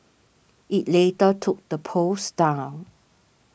it later took the post down